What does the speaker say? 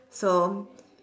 so